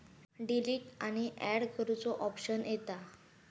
delete आणि and करुचो option येता